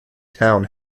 town